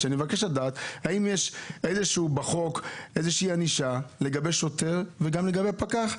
ואני מבקש לדעת האם יש בחוק איזושהי ענישה לשוטר או לפקח,